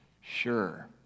sure